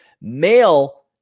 male